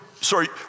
Sorry